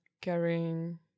carrying